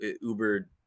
Uber